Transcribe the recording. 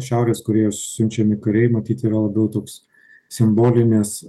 šiaurės korėjos siunčiami kariai matyt yra labiau toks simbolinis